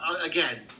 again